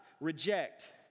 reject